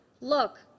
Look